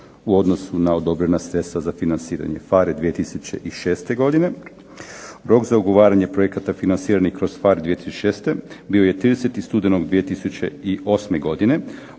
u odnosu na odobrena sredstva za financiranje. PHARE 2006. godine, rok za ugovaranje projekata financiranih kroz PHARE 2006. bio je 30. studenog 2008. godine,